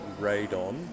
Radon